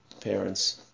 parents